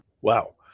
Wow